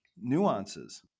nuances